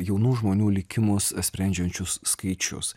jaunų žmonių likimus sprendžiančius skaičius